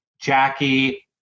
Jackie